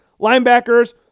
Linebackers